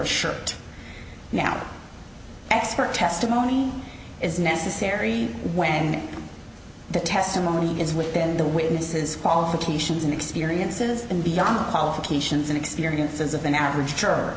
a shirt now an expert testimony is necessary when the testimony is within the witnesses qualifications and experiences and beyond qualifications and experiences of the average her